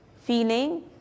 feeling